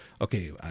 okay